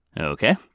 Okay